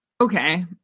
Okay